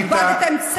על מה את מדברת?